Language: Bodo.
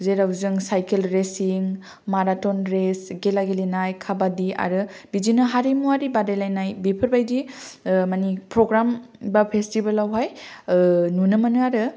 जेराव जों साइकेल रेसिं माराथन रेस खेला गेलेनाय काबादि आरो बिदिनो हारिमुवारि बादायलायनाय बिफोरबायदि माने प्रग्राम बा फेसटिभेलावहाय ओ नुनो मोनो आरो